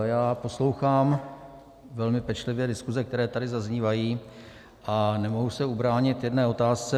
Já poslouchám velmi pečlivě diskuze, které tady zaznívají, a nemohu se ubránit jedné otázce.